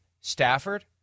Stafford